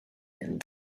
and